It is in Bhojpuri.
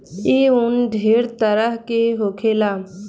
ई उन ढेरे तरह के होखेला